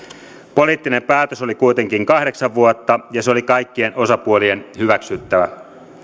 poliittinen päätös oli kuitenkin kahdeksan vuotta ja se oli kaikkien osapuolien hyväksyttävä